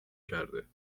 کرده